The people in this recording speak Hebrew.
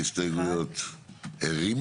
הצבעה ההסתייגויות לא אושרו.